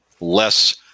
less